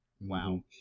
Wow